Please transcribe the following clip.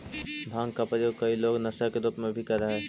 भाँग के प्रयोग कई लोग नशा के रूप में भी करऽ हई